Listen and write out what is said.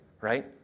right